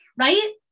right